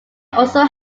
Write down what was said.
also